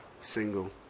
single